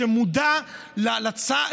שמודע לסבל הזה,